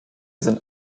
sind